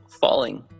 falling